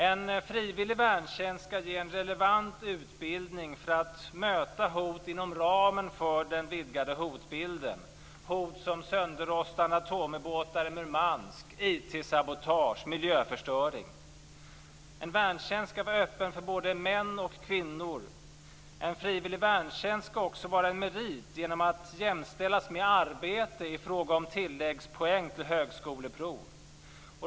En frivillig värntjänst skall ge en relevant utbildning för att möta hot inom ramen för den vidgade hotbilden - hot som sönderrostade atomubåtar i En värntjänst skall vara öppen för både män ock kvinnor. En frivillig värntjänst skall också vara en merit genom att jämställas med arbete i fråga om tilläggspoäng för högskoleprov.